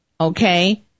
okay